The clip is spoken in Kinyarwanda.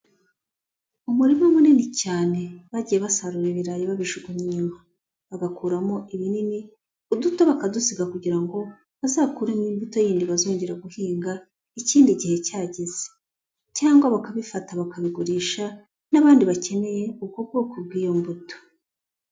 Umurima munini cyane bagiye basarura ibirayi babijugunya inyuma, bagakuramo ibinini, uduto bakadusiga kugira ngo bazakuremo imbuto yindi bazongera guhinga, ikindi gihe cyageze, cyangwa bakabifata bakabigurisha n'abandi bakeneye ubwo bwoko bw'iyo mbuto.